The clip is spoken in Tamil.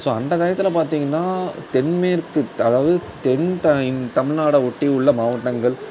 ஸோ அந்த டயத்தில் பார்த்திங்கன்னா தென்மேற்கு அதாவது தென் தமிழ்நாடை ஒட்டி உள்ள மாவட்டங்கள்